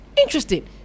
Interesting